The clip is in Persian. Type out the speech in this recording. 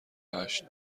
هشت